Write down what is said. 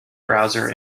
browser